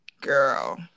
girl